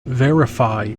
verify